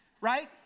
right